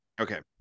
Okay